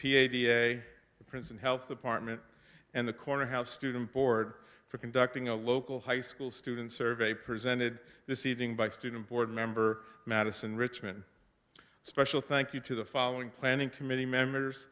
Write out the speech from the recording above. a prince and health department and the corner house student board for conducting a local high school student survey presented this evening by student board member madison richmond a special thank you to the following planning committee members